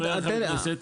אדוני, תן לי.